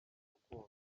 rukundo